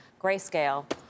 Grayscale